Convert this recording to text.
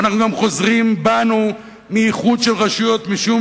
ואנחנו גם חוזרים בנו מאיחוד של רשויות משום